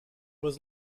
was